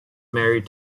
married